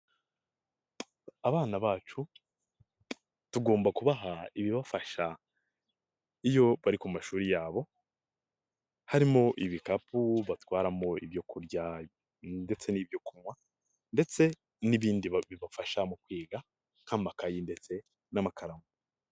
Abana bacu tugomba kubaha ibibafasha iyo bari ku mashuri yabo harimo ibikapu batwaramo ibyo kurya ndetse n'ibyo kunywa ndetse n'ibindi bibafasha mu kwiga nk'amakayi ndetse n'amakaramu.